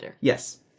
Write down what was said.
Yes